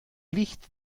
licht